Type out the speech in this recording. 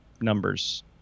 numbers